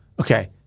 Okay